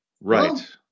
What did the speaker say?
Right